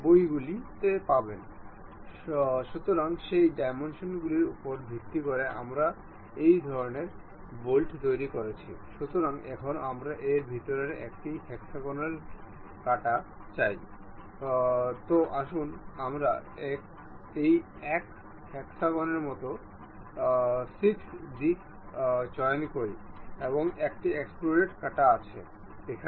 path মেটদের জন্য আমরা এই জিওমেট্রি তে দেখতে পাব যে এই বলটি এই কার্ভার্ড স্লাইডে চলে যায়